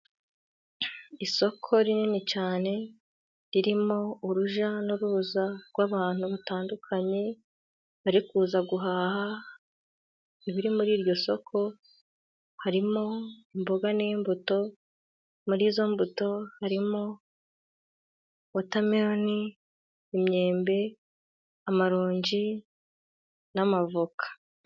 Isoko rinini cyane ririmo urujya n'uruza rw'abantu batandukanye. Bari kuza guhaha ibiri muri iryo soko. Harimo imboga n'imbuto. Muri izo mbuto harimo wotameloni, imyembe, amaronji n'amavoka.